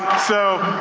so,